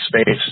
space